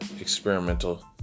experimental